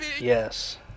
Yes